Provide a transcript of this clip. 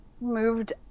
moved